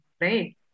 right